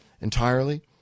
entirely